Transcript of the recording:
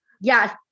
Yes